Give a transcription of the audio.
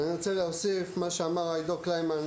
אז אני רוצה להוסיף את מה שאמר עידו קליימן,